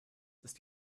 ist